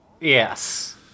Yes